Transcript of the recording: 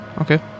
Okay